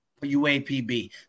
UAPB